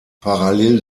parallel